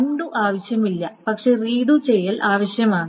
undo ആവശ്യമില്ല പക്ഷേ read ചെയ്യൽ ആവശ്യമാണ്